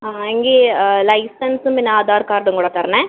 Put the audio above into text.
ആ എങ്കിൽ ലൈസൻസും പിന്നെ ആധാർ കാർഡും കൂടെ തരണേ